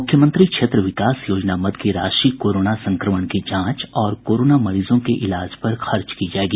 मुख्यमंत्री क्षेत्र विकास योजना मद की राशि कोरोना संक्रमण की जांच और कोरोना मरीजों के इलाज पर खर्च की जायेगी